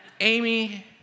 Amy